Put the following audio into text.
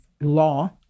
law